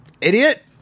Idiot